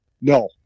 No